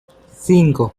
cinco